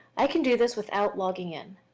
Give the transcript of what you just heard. i can do this without logging in.